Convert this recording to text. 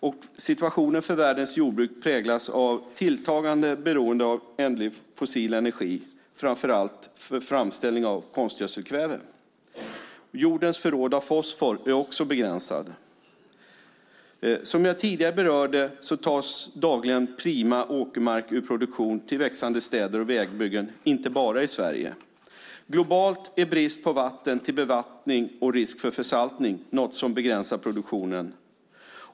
Och situationen för världens jordbruk präglas av ett tilltagande beroende av ändlig fossil energi, framför allt för framställning av konstgödselkväve. Jordens förråd av fosfor är också begränsat. Som jag tidigare berörde tas dagligen prima åkermark ur produktion till växande städer och vägbyggen, inte bara i Sverige. Globalt är brist på vatten till bevattning och risk för försaltning något som begränsar produktionen.